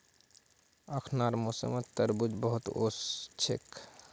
अखनार मौसमत तरबूज बहुत वोस छेक